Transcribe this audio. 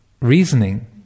reasoning